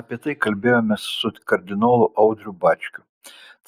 apie tai kalbėjomės su kardinolu audriu bačkiu